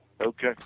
Okay